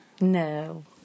No